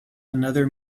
another